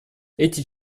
эти